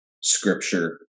scripture